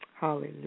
Hallelujah